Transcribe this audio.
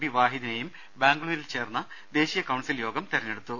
B വാഹിദിനെയും ബാംഗ്ലൂരിൽ ചേർന്ന ദേശീയ കൌൺസിൽ യോഗം തിരഞ്ഞെടുത്തു